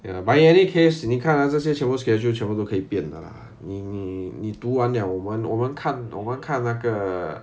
ya but in any case 你看 ah 这些全部 schedule 全部都可以变的 lah 你你读完了我们我们看我们看那个